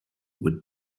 with